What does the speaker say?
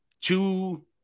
two